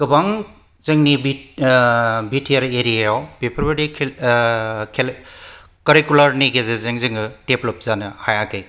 गोबां जोंनि B T R एरियायाव बेफोरबायदि कारिकुलारनि गेजेरजों जोङो डेवेल्प जानो हायाखै